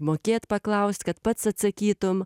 mokėt paklaust kad pats atsakytum